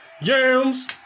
Yams